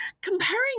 comparing